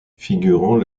figurant